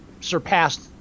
surpassed